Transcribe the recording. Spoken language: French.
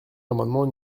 l’amendement